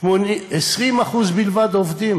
20% בלבד עובדים,